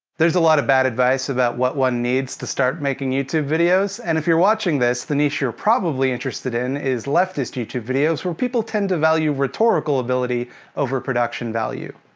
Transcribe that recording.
there's a lot of bad advice, about what one needs to start making youtube videos. and if you're watching this, the niche you're probably interested in is leftist youtube videos, where people tend to value rhetorical ability over production value.